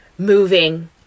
moving